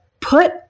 put